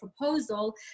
proposal